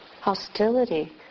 hostility